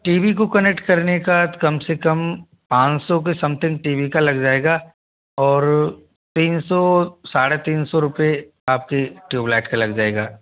T V को connect करने का कम से कम पाँच सौ के समथिंग टी वी का लग जाएगा और तीन सौ साढ़े तीन सौ रूपए आपके ट्यूबलाईट का लग जाएगा